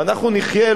ואנחנו נחיה,